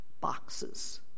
boxes